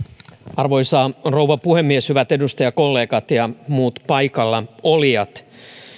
arvoisa rouva puhemies hyvät edustajakollegat ja muut paikallaolijat